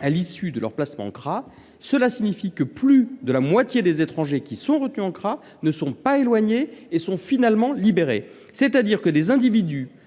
à l’issue de leur placement en CRA, cela signifie que plus de la moitié des étrangers retenus en CRA ne sont pas éloignés et sont finalement libérés.